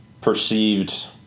perceived